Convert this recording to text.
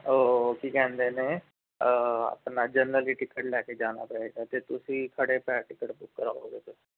ਉਹ ਕੀ ਕਹਿੰਦੇ ਨੇ ਆਪਣਾ ਜਰਨਲ ਦੀ ਟਿਕਟ ਲੈ ਕੇ ਜਾਣਾ ਪਵੇਗਾ ਜੇ ਤੁਸੀਂ ਖੜ੍ਹੇ ਪੈਰ ਟਿਕਟ ਬੁੱਕ ਕਰਾਓਗੇ ਫਿਰ